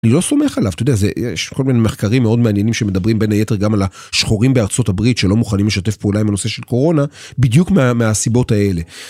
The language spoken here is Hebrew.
אני לא סומך עליו, יש כל מיני מחקרים מאוד מעניינים שמדברים בין היתר גם על השחורים בארצות הברית שלא מוכנים לשתף פעולה עם הנושא של קורונה, בדיוק מהסיבות האלה.